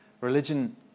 Religion